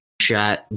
shot